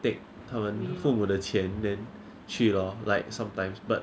take 他们父母的钱 then 去 lor like sometimes but